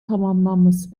tamamlanması